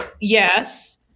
Yes